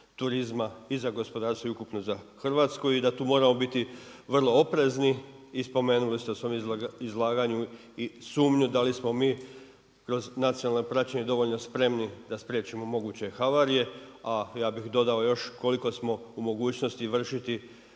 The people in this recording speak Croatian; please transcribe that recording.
turizma i za gospodarstvo i za Hrvatsku i da tu moramo biti vrlo oprezni. I spomenuli ste u svom izlaganju i sumnju da li smo mi kroz nacionalno praćenje dovoljno spremni, da spriječimo moguće havarije, a ja bi dodao još koliko smo u mogućnosti vršiti